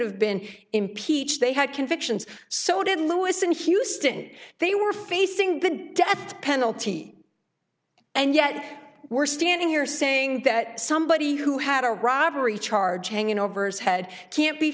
have been impeached they had convictions so did louis in houston they were facing the death penalty and yet we're standing here saying that somebody who had a robbery charge hanging over his head can't be